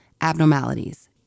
abnormalities